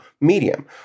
medium